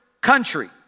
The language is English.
country